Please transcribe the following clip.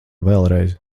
vēlreiz